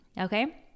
Okay